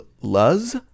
Luz